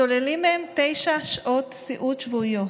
שוללים מהם תשע שעות סיעוד שבועיות.